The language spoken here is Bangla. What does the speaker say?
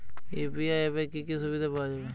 ইউ.পি.আই অ্যাপে কি কি সুবিধা পাওয়া যাবে?